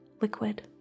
liquid